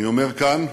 אני אומר כאן,